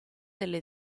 delle